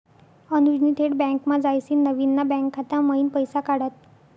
अनुजनी थेट बँकमा जायसीन नवीन ना बँक खाता मयीन पैसा काढात